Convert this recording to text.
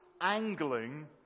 angling